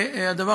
שוב.